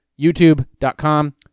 youtube.com